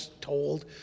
told